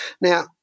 now